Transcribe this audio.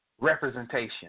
Representation